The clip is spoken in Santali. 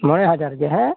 ᱢᱚᱬᱮ ᱦᱟᱡᱟᱨ ᱜᱮ ᱦᱮ